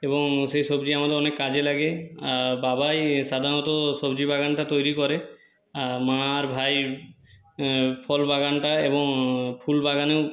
এবং সেই সবজি আমাদের অনেক কাজে লাগে আর বাবাই সাধারণত সবজি বাগানটা তৈরি করে মা আর ভাই ফল বাগানটা এবং ফুল বাগানেও